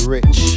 Rich